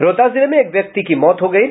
रोहतास जिले में एक व्यक्ति की मौत हो गयी